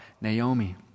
Naomi